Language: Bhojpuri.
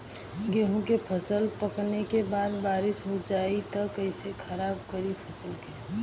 गेहूँ के फसल पकने के बाद बारिश हो जाई त कइसे खराब करी फसल के?